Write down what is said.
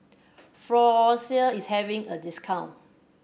Floxia is having a discount